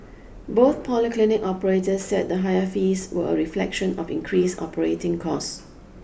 both polyclinic operators said the higher fees were a reflection of increased operating costs